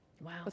Wow